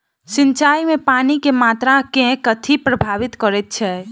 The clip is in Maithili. सिंचाई मे पानि केँ मात्रा केँ कथी प्रभावित करैत छै?